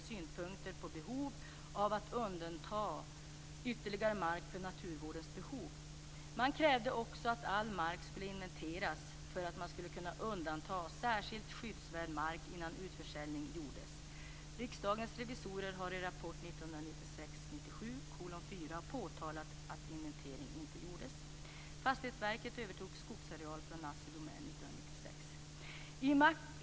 synpunkter på behov av att undanta ytterligare mark för naturvårdens behov. Man krävde också att all mark skulle inventeras för att man skulle kunna undanta särskild skyddsvärd mark innan utförsäljning gjordes. Riksdagens revisorer har i rapport 1996/97:4 påtalat att inventering inte gjordes. Fastighetsverket övertog skogsareal från Assi Domän 1996.